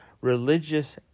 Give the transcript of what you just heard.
religious